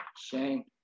Shane